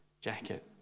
jacket